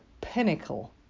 pinnacle